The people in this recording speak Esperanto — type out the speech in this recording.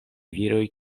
viro